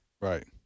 right